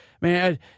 man